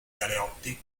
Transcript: galeotti